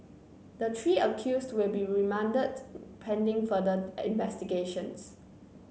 the three accused will be remanded pending further investigations